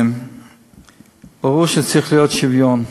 ברור שצריך להיות שוויון.